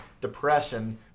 depression